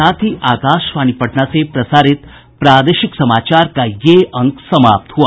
इसके साथ ही आकाशवाणी पटना से प्रसारित प्रादेशिक समाचार का ये अंक समाप्त हुआ